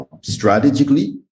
strategically